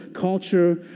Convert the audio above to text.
culture